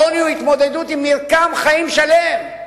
עוני הוא התמודדות עם מרקם חיים שלם.